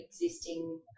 existing